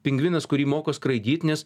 pingvinas kurį moko skraidyt nes